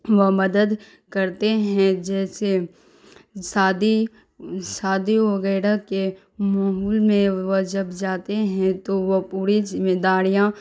وہ مدد کرتے ہیں جیسے شادی شادی وغیرہ کے ماحول میں وہ جب جاتے ہیں تو وہ پوری ذمہ داریاں